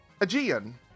Aegean